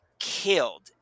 killed